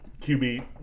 QB